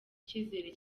icyizere